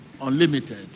unlimited